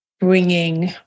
bringing